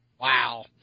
Wow